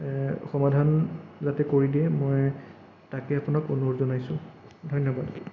এ সমাধান যাতে কৰি দিয়ে মই তাকে আপোনাক অনুৰোধ জনাইছো ধন্যবাদ